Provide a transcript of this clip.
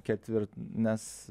ketvir nes